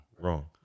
Wrong